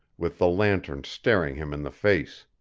with the lantern staring him in the face.